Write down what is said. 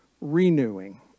renewing